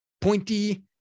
pointy